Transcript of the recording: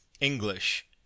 English